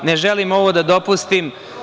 Ne želim ovo da dopustim.